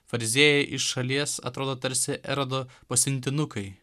fariziejai iš šalies atrodo tarsi erodo pasiuntinukai